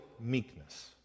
meekness